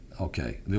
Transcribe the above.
okay